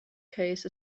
case